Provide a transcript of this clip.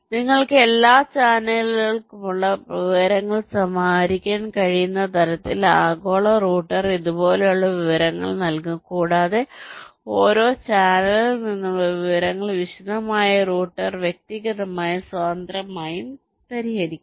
നിങ്ങൾക്ക് എല്ലാ ചാനലുകൾക്കുമുള്ള വിവരങ്ങൾ സമാഹരിക്കാൻ കഴിയുന്ന തരത്തിൽ ആഗോള റൂട്ടർ ഇതുപോലുള്ള വിവരങ്ങൾ നൽകും കൂടാതെ ഓരോ ചാനലിൽ നിന്നുമുള്ള വിവരങ്ങൾ വിശദമായ റൂട്ടർ വ്യക്തിഗതമായും സ്വതന്ത്രമായും പരിഹരിക്കും